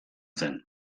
zen